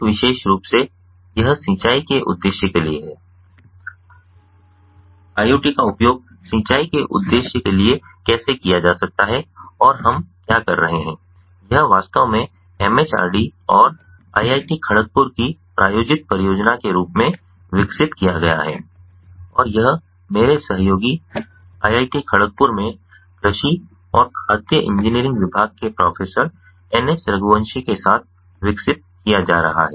अधिक विशेष रूप से यह सिंचाई के उद्देश्य के लिए है कि IoT का उपयोग सिंचाई के उद्देश्य के लिए कैसे किया जा सकता है और हम क्या कर रहे हैं यह वास्तव में MHRD और IIT खड़गपुर की प्रायोजित परियोजना के रूप में विकसित किया गया है और यह मेरे सहयोगी IIT खड़गपुर में कृषि और खाद्य इंजीनियरिंग विभाग के प्रोफेसर एनएस रघुवंशी के साथ विकसित किया जा रहा है